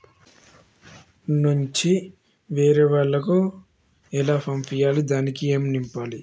నా అకౌంట్ నుంచి వేరే వాళ్ళకు పైసలు ఎలా పంపియ్యాలి దానికి ఏ ఫామ్ నింపాలి?